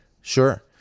sure